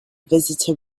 visitor